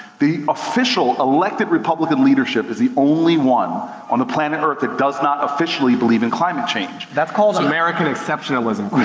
the official, elected republican leadership is the only one on the planet earth that does not officially believe in climate change. that's called american exceptionalism.